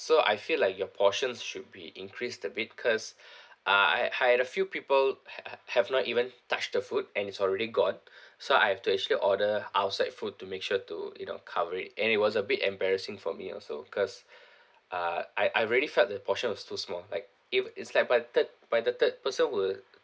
so I feel like your portions should be increased a bit cause uh I I had a few people ha~ ha~ have not even touched the food and it's already gone so I have to actually order outside food to make sure to you know cover it and it was a bit embarrassing for me also cause uh I I really felt the portion was too small like if it's like by third by the third person we're